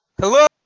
hello